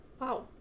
Wow